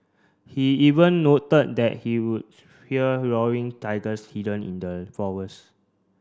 he even noted that he would hear roaring tigers hidden in the forest